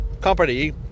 Company